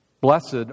Blessed